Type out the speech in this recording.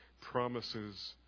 promises